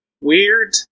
weird